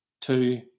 two